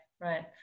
right